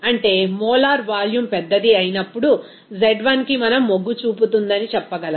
అంటే molar volume పెద్దది అయినప్పుడు z 1 కి మనం మొగ్గు చూపుతుందనిచెప్పగలం